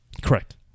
Correct